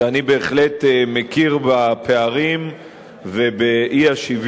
שאני בהחלט מכיר בפערים ובאי-שוויון,